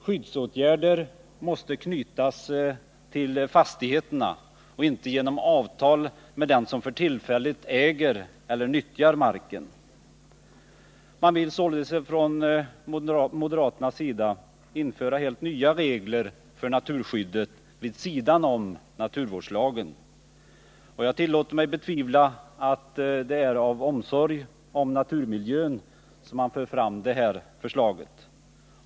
Skyddsåtgärder måste knytas till fastigheterna och inte till avtal med den som för tillfället äger eller nyttjar marken. Man vill således från moderaternas sida införa helt nya regler för naturskyddet vid sidan om naturvårdslagen. Jag tillåter mig betvivla att det är av omsorg om naturmiljön som man för fram det här förslaget.